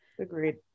agreed